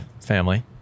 family